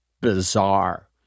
bizarre